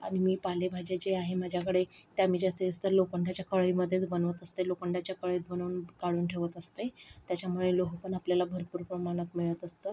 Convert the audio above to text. आणि मी पालेभाज्या जे आहे माझ्याकडे त्या मी जास्तीत जास्त लोखंडाच्या कढईमध्येच बनवत असते लोखंडाच्या कढईत बनवून काढून ठेवत असते त्याच्यामुळे लोह पण आपल्याला भरपूर प्रमाणात मिळत असतं